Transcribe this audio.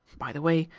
by the way,